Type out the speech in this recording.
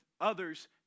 others